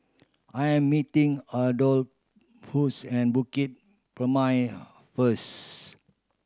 I am meeting Adolphus and Bukit Purmei first